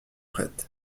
prête